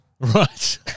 Right